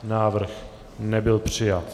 Návrh nebyl přijat.